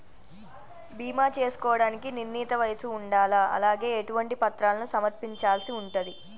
బీమా చేసుకోవడానికి నిర్ణీత వయస్సు ఉండాలా? అలాగే ఎటువంటి పత్రాలను సమర్పించాల్సి ఉంటది?